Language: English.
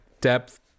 depth